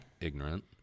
Ignorant